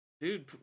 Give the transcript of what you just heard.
Dude